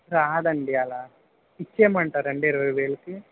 రాదండి అలా ఇచ్చేయమంటారా అండి ఇరవైవేలకి